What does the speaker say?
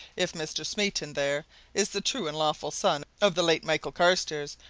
if mr. smeaton there is the true and lawful son of the late michael carstairs,